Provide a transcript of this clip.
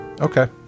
Okay